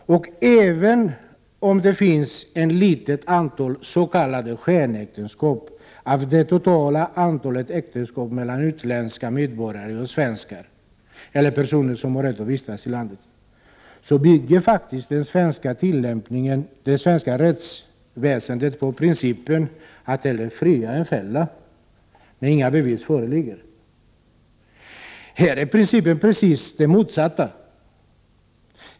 Även om det finns ett litet antal s.k. skenäktenskap av det totala antalet äktenskap mellan utländska medborgare och svenskar eller personer som har rätt att vistas i landet, bygger faktiskt den svenska lagtillämpningen, det svenska rättsväsendet på principen att hellre fria än fälla när inga bevis föreligger. Här är principen precis det motsatta.